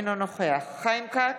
אינו נוכח חיים כץ,